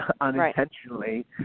unintentionally